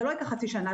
זה לא ייקח חצי שנה.